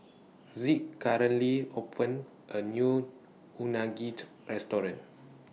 opened A New Unagit Restaurant